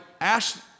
ask